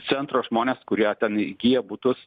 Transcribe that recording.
centro žmones kurie ten įgyja butus